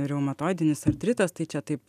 reumatoidinis artritas tai čia taip